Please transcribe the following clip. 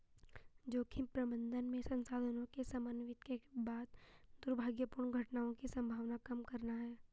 जोखिम प्रबंधन में संसाधनों के समन्वित के बाद दुर्भाग्यपूर्ण घटनाओं की संभावना कम करना है